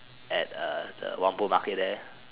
at uh the Whampoa market there